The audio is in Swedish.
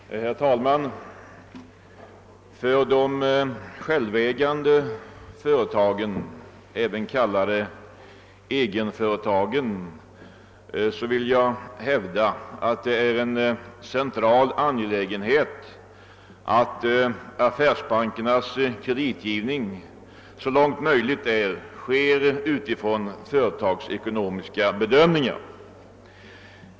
Herr talman! För de självägande företagen, även kallade egenföretagen, vill jag hävda att det är en central angelägenhet att affärsbankernas kreditgivning så långt möjligt sker utifrån företagsekonomiska bedömningar.